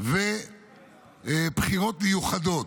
ובחירות מיוחדות.